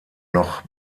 noch